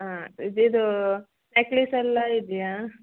ಹಾಂ ಇದು ಇದು ನೆಕ್ಲಿಸ್ ಎಲ್ಲ ಇದೆಯಾ